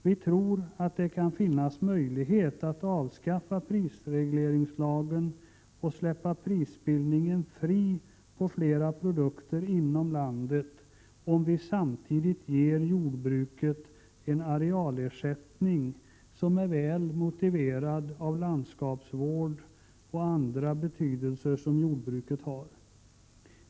Vi tror att det kan finnas möjlighet att avskaffa prisregleringslagen och släppa prisbildningen fri på flera produkter inom landet, om vi samtidigt ger jordbruket en arealersättning som är väl motiverad för landskapsvård och andra uppgifter som jordbruket har.